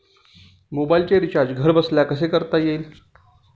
मोबाइलचे रिचार्ज घरबसल्या कसे करता येईल?